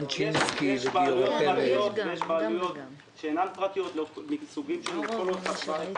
יש בעלויות פרטיות ויש בעלויות שאינן פרטיות לאורך כל התוואי.